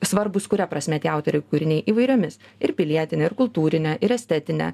svarbūs kuria prasme tie autoriai kūriniai įvairiomis ir pilietine ir kultūrine ir estetine